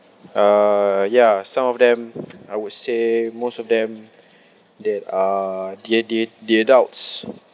uh ya some of them I would say most of them that uh the a~ the a~ the adults